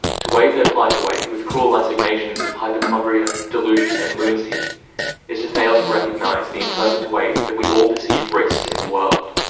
to wave their plight away with cruel assignations of hypochondria, delusion and lunacy is to fail to recognise the imperfect way that we all perceive risk in the world.